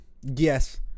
yes